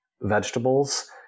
vegetables